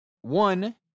One